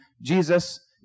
Jesus